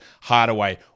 Hardaway